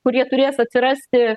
kurie turės atsirasti